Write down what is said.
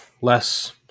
less